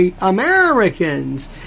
Americans